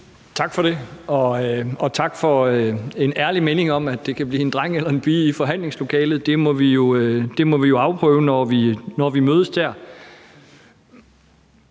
Tak for det, og tak for en ærlig melding om, at det kan blive en dreng eller en pige i forhandlingslokalet, og det må vi jo afprøve og se, når vi mødes der.